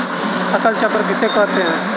फसल चक्र किसे कहते हैं?